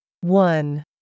one